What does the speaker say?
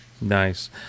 nice